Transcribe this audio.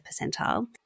percentile